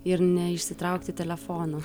ir ne išsitraukti telefoną